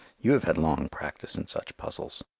you have had long practice in such puzzles.